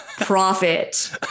profit